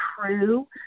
true